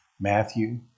Matthew